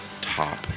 Top